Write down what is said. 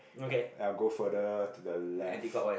I'll go further to the left